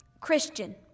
Christian